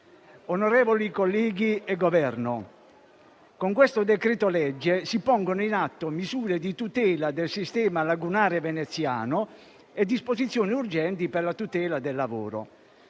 rappresentanti del Governo, con il decreto-legge in esame si pongono in atto misure di tutela del sistema lagunare veneziano e disposizioni urgenti per la tutela del lavoro.